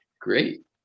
great